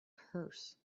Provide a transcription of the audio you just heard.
curse